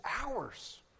hours